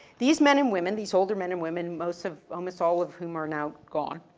these men and women, these older men and women, most of, almost all of whom are now gone,